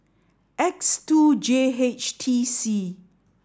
X two J H T C